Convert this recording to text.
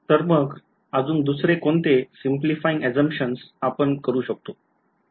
तर मग अजून दुसरे कोणते simplifying assumption आपण करू शकतो